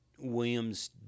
williams